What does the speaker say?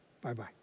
Bye-bye